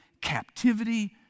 captivity